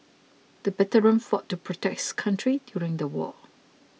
the veteran fought to protect his country during the war